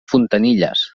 fontanilles